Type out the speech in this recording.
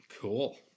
Cool